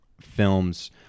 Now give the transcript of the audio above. films